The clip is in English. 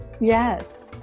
yes